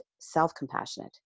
self-compassionate